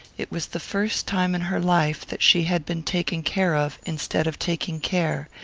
it was the first time in her life that she had been taken care of instead of taking care,